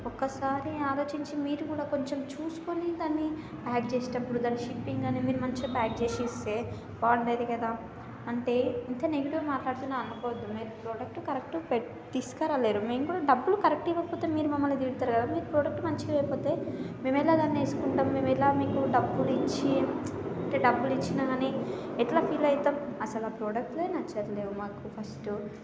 ఒకసారి ఆలోచించి మీరు కూడా కొంచెం చూసుకొని దాన్ని యాడ్ చేసేటప్పుడు దాని షిప్పింగ్ అనేది మంచిగా ప్యాక్ చేసి ఇస్తే బాగుంటుంది కదా అంటే ఇంత నెగిటివ్ మాట్లాడుతున్న అనుకోవద్దు మీరు ప్రోడక్ట్ కరెక్ట్ పెట్టి తీసుకురాలేదు మేము కూడా డబ్బులు కరెక్ట్ ఇవ్వకపోతే మీరు మమ్మల్ని తిడతారు కదా మీరు ప్రోడక్ట్ మంచిగా ఇవ్వకపోతే మేము ఎలా దాన్ని వేసుకుంటాం మేము ఎలా మీకు డబ్బులు ఇచ్చి అంటే డబ్బులు ఇచ్చినా కానీ ఎట్ల ఫీల్ అవుతాం అసలు ఆ ప్రోడక్ట్యే నచ్చట్లేదు మాకు ఫస్ట్